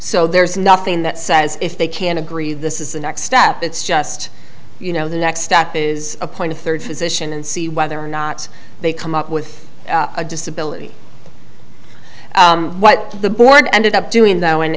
so there's nothing that says if they can agree this is the next step it's just you know the next step is appoint a third physician and see whether or not they come up with a disability what the board ended up doing th